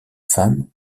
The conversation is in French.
femme